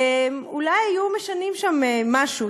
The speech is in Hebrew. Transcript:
אולי היו משנים שם משהו.